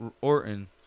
Orton